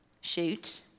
shoot